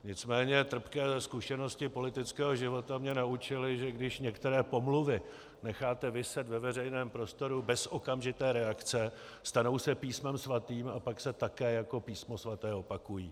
Nicméně trpké zkušenosti z politického života mě naučily, že když některé pomluvy necháte viset ve veřejném prostoru bez okamžité reakce, stanou se písmem svatým a pak se také jako písmo svaté opakují.